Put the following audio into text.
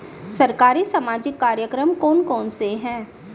सरकारी सामाजिक कार्यक्रम कौन कौन से हैं?